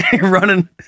running